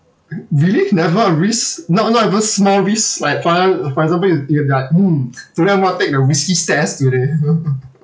really never a risk not not even small risk like for e~ for example you you be like mm today I'm going to take the risky stairs today